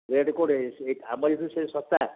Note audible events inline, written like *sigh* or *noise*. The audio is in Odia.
ରେଟ୍ କୋଉଟା *unintelligible*